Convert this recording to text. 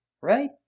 right